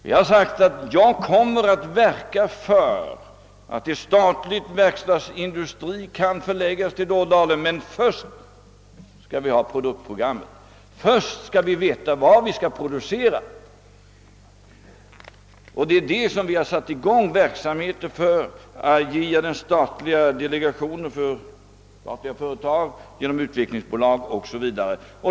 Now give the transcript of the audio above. Jag har sagt att jag kommer att verka för att en statlig versktadsindustri förläggs till Ådalen, men först skall vi ha produktprogrammet, först skall vi veta vad vi skall producera. Det är just den verksamheten vi har satt i gång genom delegationen för statliga företag, genom utvecklingsbolag o.s.v.